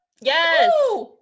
Yes